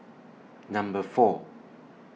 Number four